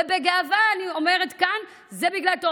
אני מסכימה איתך לגמרי.